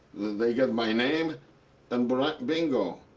they get my name and but bingo.